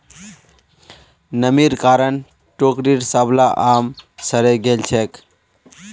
नमीर कारण टोकरीर सबला आम सड़े गेल छेक